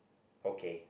okay